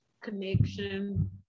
Connection